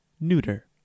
neuter